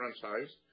franchise